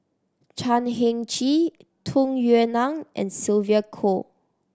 Chan Heng Chee Tung Yue Nang and Sylvia Kho